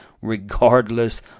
regardless